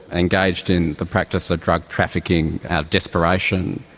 engaged in the practice of drug trafficking out of desperation,